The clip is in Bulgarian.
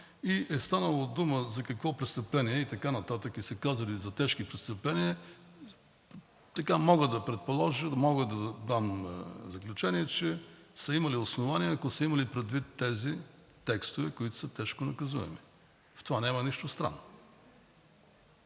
и е станало дума за какво престъпление и така нататък и са казали „за тежки престъпления“, така мога да предположа, мога да дам заключение, че са имали основания, ако са имали предвид тези текстове, които са тежко наказуеми. В това няма нищо странно.